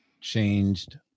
changed